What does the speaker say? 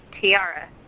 tiara